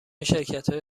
شرکتهای